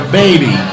baby